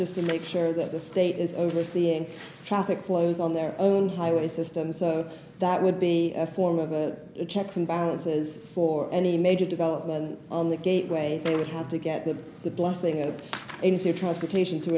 just to make sure that the state is overseeing the traffic flows on their own highway system so that would be a form of checks and balances for any major development on the gateway we would have to get that the blessing of transportation to